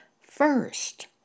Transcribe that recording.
first